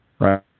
Right